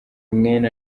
mwene